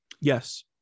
Yes